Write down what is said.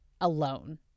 alone